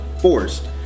forced